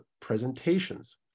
presentations